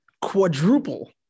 quadruple